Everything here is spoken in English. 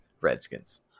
Redskins